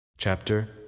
Chapter